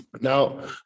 Now